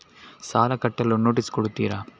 ಸಾಲ ಕಟ್ಟಲು ನೋಟಿಸ್ ಕೊಡುತ್ತೀರ?